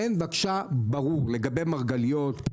תן בבקשה בירור לגבי מרגליות,